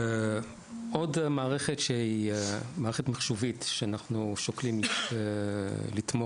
עוד מערכת שהיא מערכת מחשובית שאנחנו שוקלים לתמוך